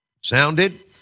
Sounded